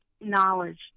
knowledge